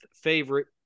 favorite